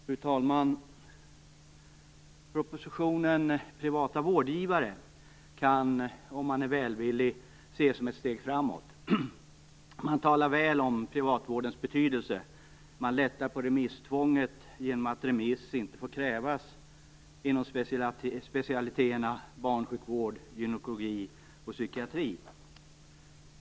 Fru talman! Propositionen Privata vårdgivare kan, om man är välvillig, ses som ett steg framåt. I propositionen talar regeringen väl om privatvårdens betydelse och lättar på remisstvånget så att remiss inte får krävas inom specialiteterna barnsjukvård, gynekologi och psykiatri.